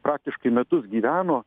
praktiškai metus gyveno